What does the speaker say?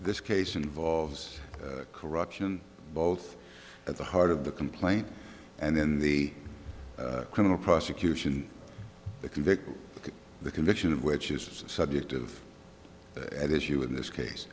this case involves corruption both at the heart of the complaint and then the criminal prosecution the convict the conviction of which is a subject of at issue in this case